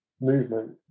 movement